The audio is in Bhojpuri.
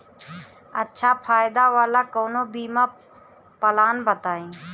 अच्छा फायदा वाला कवनो बीमा पलान बताईं?